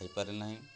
ହେଇପାରେ ନାହିଁ